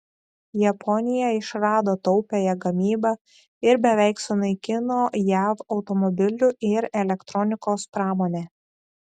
japonija išrado taupiąją gamybą ir beveik sunaikino jav automobilių ir elektronikos pramonę